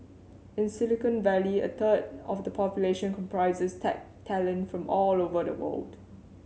in Silicon Valley a third of the population comprises tech talent from all over the world